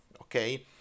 okay